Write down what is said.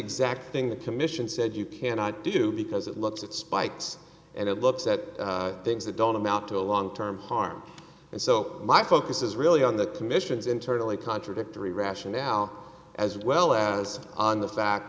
exact thing the commission said you cannot do because it looks at spikes and it looks at things that don't amount to a long term harm and so my focus is really on the commission's internally contradictory rationale as well as on the fact